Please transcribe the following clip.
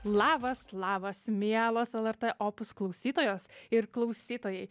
labas labas mielos lrt opus klausytojos ir klausytojai